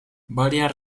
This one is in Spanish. varias